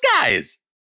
guys